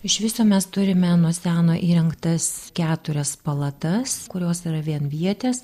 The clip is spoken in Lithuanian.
iš viso mes turime nuo seno įrengtas keturias palatas kurios yra vienvietės